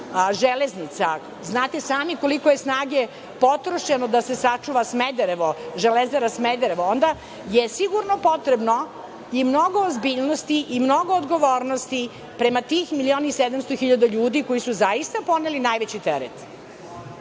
železnica, znate sami koliko je snage potrošeno da se sačuva Smederevo, Železara Smederevo, onda je sigurno potrebno i mnogo ozbiljnosti i mnogo odgovornosti prema tih milion i sedamsto hiljada ljudi koji su, zaista, podneli najveći teret. Što